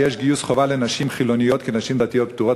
שיש בה גיוס חובה לנשים חילוניות כי נשים דתיות פטורות,